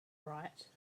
right